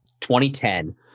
2010